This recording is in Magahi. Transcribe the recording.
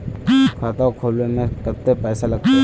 खाता खोलबे में कते पैसा लगते?